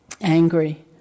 angry